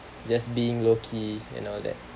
just being low key and all that